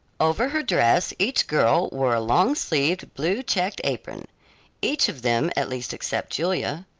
over her dress each girl wore a long-sleeved blue-checked apron each of them at least except julia.